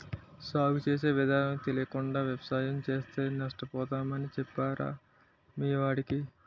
సాగు చేసే విధానాలు తెలియకుండా వ్యవసాయం చేస్తే నష్టపోతామని చెప్పరా మీ వాడికి